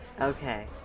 Okay